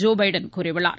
Joe Biden கூறியுள்ளார்